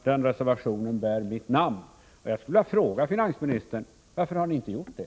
Den reservationen bär mitt namn. Jag skulle vilja fråga finansministern: Varför gjorde regeringen inte det?